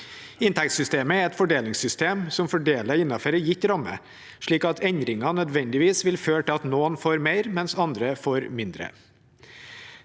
Inntektssystemet er et fordelingssystem som fordeler innenfor en gitt ramme, slik at endringer nødvendigvis vil føre til at noen får mer, mens andre får mindre.